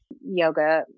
yoga